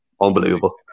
Unbelievable